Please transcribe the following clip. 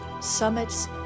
summits